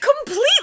Completely